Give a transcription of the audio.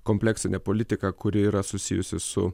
kompleksinė politika kuri yra susijusi su